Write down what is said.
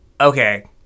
Okay